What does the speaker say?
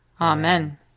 Amen